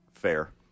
Fair